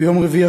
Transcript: ביום רביעי,